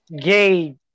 gay